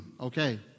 okay